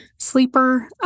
sleeper